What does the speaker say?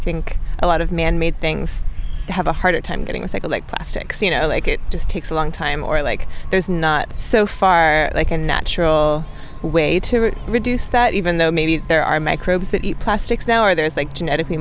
think a lot of manmade things have a harder time getting a cycle like plastics you know like it just takes a long time or like there's not so far they can a natural way to reduce that even though maybe there are microbes that plastics now or there is that genetically